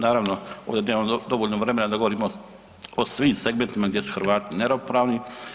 Naravno da nemam dovoljno vremena da govorimo o svim segmentima gdje su Hrvati neravnopravni.